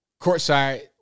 courtside